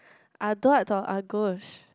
ah though I thought ah